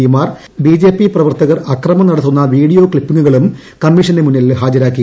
പിമാർ ബിജെപി പ്രവർത്തകർ അക്രമം നടത്തുന്ന വീഡിയോ ക്ലിപ്പിങ്ങുകളും കമ്മീഷന് മുൻപിൽ ഏഹ്ജരാക്കി